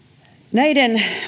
näiden